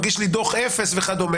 מגיש לי דוח אפס וכד',